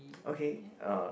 okay uh